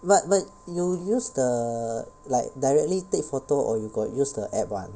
but when you use the like directly take photo or you got use the app [one]